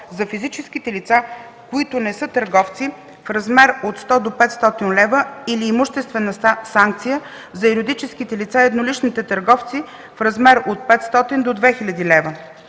за физическите лица, които не са търговци, в размер от 100 до 500 лв., или имуществена санкция – за юридическите лица и едноличните търговци, в размер от 500 до 2000 лв.